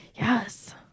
Yes